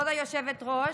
כבוד היושבת-ראש,